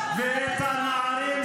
נחלת אבותינו.